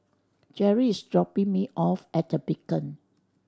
Jeri is dropping me off at The Beacon